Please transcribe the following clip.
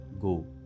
go